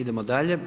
Idemo dalje.